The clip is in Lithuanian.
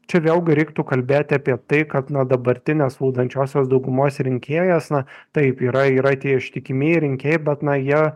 čia vėlgi reiktų kalbėti apie tai kad na dabartinės valdančiosios daugumos rinkėjas na taip yra yra tie ištikimieji rinkėjai bet na jie